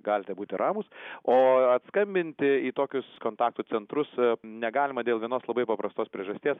galite būti ramūs o atskambinti į tokius kontaktų centrus negalima dėl vienos labai paprastos priežasties